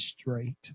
straight